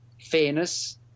fairness